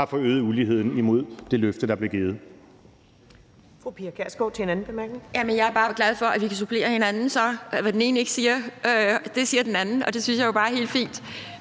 har forøget uligheden – imod det løfte, der blev givet.